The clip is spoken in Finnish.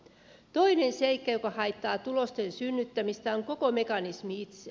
toinen seikka joka haittaa tulosten synnyttämistä on koko mekanismi itse